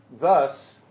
thus